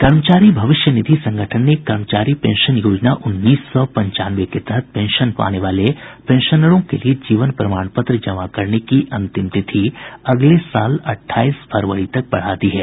कर्मचारी भविष्य निधि संगठन ने कर्मचारी पेंशन योजना उन्नीस सौ पंचानवे के तहत पेंशन पाने वाले पेंशनरों के लिए जीवन प्रमाण पत्र जमा करने की अंतिम तिथि अगले साल अट्ठाईस फरवरी तक बढ़ा दी है